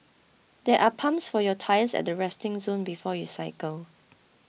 there are pumps for your tyres at the resting zone before you cycle